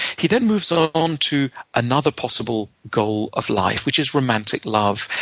he then moves on on to another possible goal of life, which is romantic love.